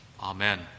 Amen